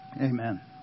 Amen